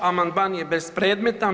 Amandman je bespredmetan.